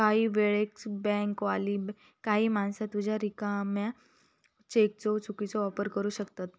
काही वेळेक बँकवाली काही माणसा तुझ्या रिकाम्या चेकचो चुकीचो वापर करू शकतत